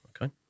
Okay